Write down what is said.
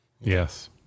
Yes